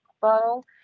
bottle